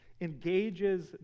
engages